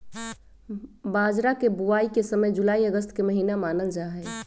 बाजरा के बुवाई के समय जुलाई अगस्त के महीना मानल जाहई